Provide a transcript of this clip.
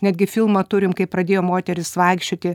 netgi filmą turim kai pradėjo moteris vaikščioti